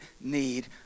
need